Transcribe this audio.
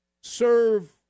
serve